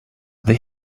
they